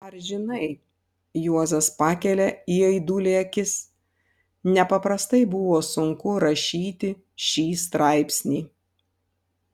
ar žinai juozas pakelia į aidulį akis nepaprastai buvo sunku rašyti šį straipsnį